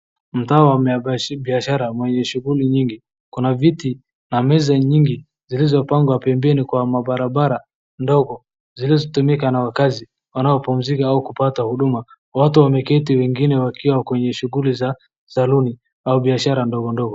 Mtaa wa biashara mwenye shughuli nyingi. Kuna viti na meza nyingi zilizopangwa pembeni kwa mabarabara ndogo zilizotumika na wakazi wanaopumzika ama kupata huduma. Watu wameketi wengine wakiwa kwenye shughuli za saluni au biashara ndogo ndogo.